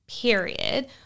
period